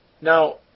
Now